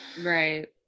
Right